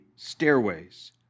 Stairways